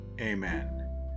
amen